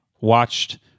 watched